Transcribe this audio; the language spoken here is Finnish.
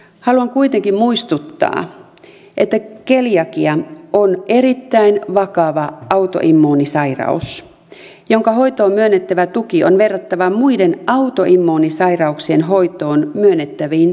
haluan kuitenkin muistuttaa että keliakia on erittäin vakava autoimmuunisairaus jonka hoitoon myönnettävää tukea on verrattava muiden autoimmuunisairauksien hoitoon myönnettäviin tukiin